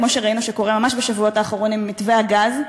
כמו שראינו שקורה ממש בשבועות האחרונים עם מתווה הגז.